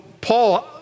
Paul